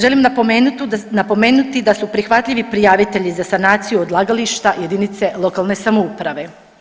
Želim napomenuti da su prihvatljivi prijavitelji za sanaciju odlagališta jedinice lokalne samouprave.